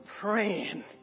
praying